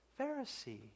Pharisee